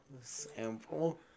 Sample